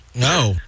No